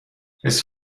his